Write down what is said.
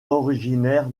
originaire